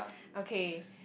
okay